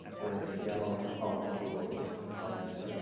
the seattle public schools has